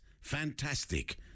fantastic